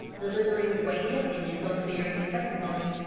delivering weighty opinions on the bearing of testimony,